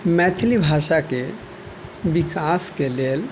मैथिली भाषाके विकासके लेल